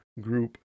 group